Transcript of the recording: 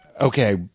Okay